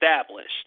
established